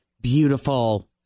beautiful